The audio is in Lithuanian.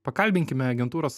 pakalbinkime agentūros